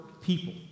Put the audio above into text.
people